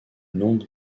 nombre